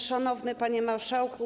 Szanowny Panie Marszałku!